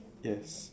yes